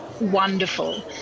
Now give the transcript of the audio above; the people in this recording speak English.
wonderful